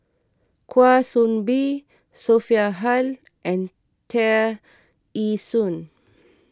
Kwa Soon Bee Sophia Hull and Tear Ee Soon